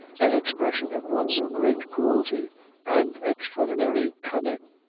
an expression at once of great cruelty and extraordinary cunning.